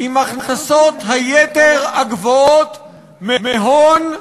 עם הכנסות-היתר הגבוהות מהון,